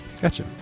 gotcha